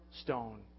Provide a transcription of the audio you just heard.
stone